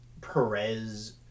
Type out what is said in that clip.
Perez